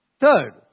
Third